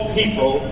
people